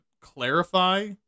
clarify